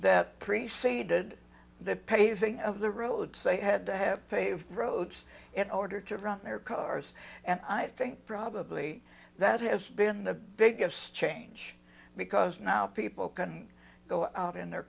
that preceded the paving of the road say had to have fave roads in order to run their cars and i think probably that has been the biggest change because now people can go out in their